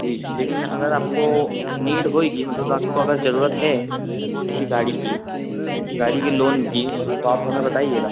जी लेकिन अगर आपको नीड होएगी मतलब आपको अगर जरूरत है किसी गाड़ी की गाड़ी के लोन की तो आप हमें बताइएगा